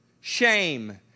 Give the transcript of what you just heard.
shame